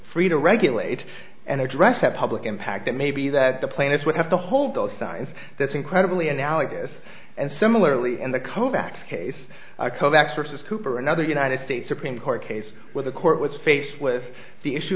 free to regulate and address that public impact that may be that the plaintiffs would have to hold those signs that's incredibly analogous and similarly in the kovacs case kovacs versus cooper another united states supreme court case where the court was faced with the issue